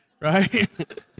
right